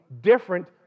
different